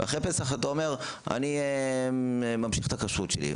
ואחרי פסח אתה אומר: אני ממשיך את הכשרות שלי.